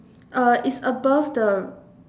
uh it's above the